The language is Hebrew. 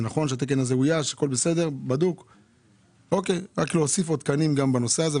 אבל צריך להוסיף עוד תקנים בנושא.